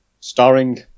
Starring